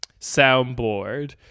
soundboard